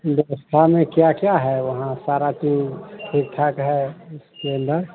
व्यवस्था में क्या क्या है वहाँ सारी चीज़ ठीक ठाक है उसके अन्दर